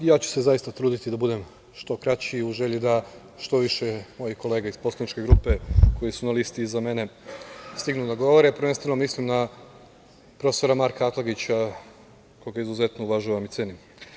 Zaista ću se truditi da budem što kraći u želji da što više mojih kolega iz poslaničke grupe koji su na listi iza mene stignu da govore, prvenstveno mislim na prof. Marka Atlagića koga izuzetno uvažavam i cenim.